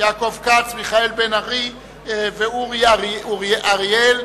יעקב כץ, מיכאל בן-ארי ואורי אריאל.